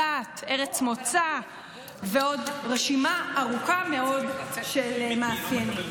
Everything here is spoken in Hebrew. דת, ארץ מוצא ועוד רשימה ארוכה מאוד של מאפיינים.